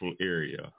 area